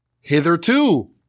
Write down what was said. hitherto